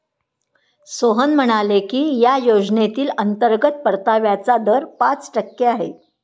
सोहन म्हणाले की या योजनेतील अंतर्गत परताव्याचा दर पाच टक्के आहे